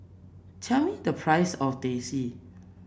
tell me the price of Teh C